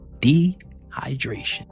dehydration